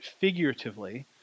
figuratively